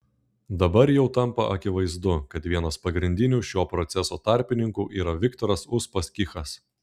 dabar jau tampa akivaizdu kad vienas pagrindinių šio proceso tarpininkų yra viktoras uspaskichas